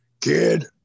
Kid